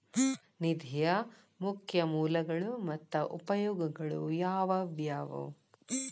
ನಿಧಿಯ ಮುಖ್ಯ ಮೂಲಗಳು ಮತ್ತ ಉಪಯೋಗಗಳು ಯಾವವ್ಯಾವು?